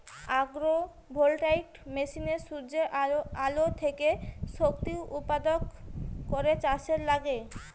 agro voltaic মেশিনে সূর্যের আলো থেকে শক্তি উৎপাদন করে চাষে লাগে